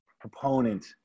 proponent